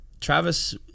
Travis